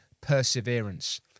perseverance